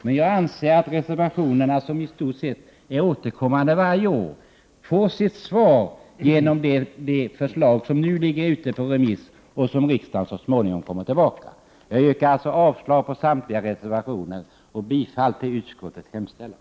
Men jag anser att reservationerna — som återkommer i stort sett varje år — kommer att bli behandlade genom det förslag som nu är ute på remiss och som riksdagen så småningom har att ta ställning till. Jag yrkar därmed avslag på samtliga reservationer och bifall till utskottets hemställan.